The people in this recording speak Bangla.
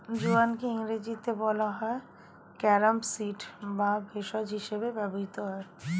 জোয়ানকে ইংরেজিতে বলা হয় ক্যারাম সিড যা ভেষজ হিসেবে ব্যবহৃত হয়